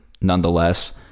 nonetheless